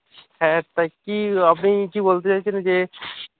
হ্যাঁ তাই কি আপনি কী বলতে চাইছেন যে